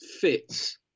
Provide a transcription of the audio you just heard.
fits